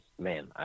man